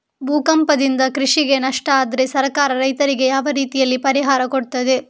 ಭೂಕಂಪದಿಂದ ಕೃಷಿಗೆ ನಷ್ಟ ಆದ್ರೆ ಸರ್ಕಾರ ರೈತರಿಗೆ ಯಾವ ರೀತಿಯಲ್ಲಿ ಪರಿಹಾರ ಕೊಡ್ತದೆ?